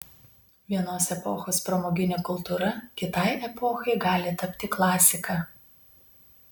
vienos epochos pramoginė kultūra kitai epochai gali tapti klasika